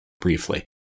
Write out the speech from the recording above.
briefly